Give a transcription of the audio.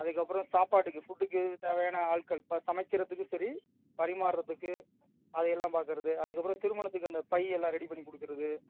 அதுக்கப்புறம் சாப்பாட்டுக்கு ஃபுட்டுக்கு தேவையான ஆட்கள் இப்போ சமைக்கிறதுக்கு சரி பரிமாறுறதுக்கு அது எல்லாம் பார்க்கறது அதுக்கப்புறம் திருமணத்துக்கு அந்த பை எல்லாம் ரெடி பண்ணிக் கொடுக்கறது